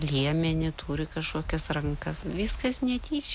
liemenį turi kažkokias rankas viskas netyčia